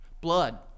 Blood